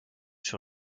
sur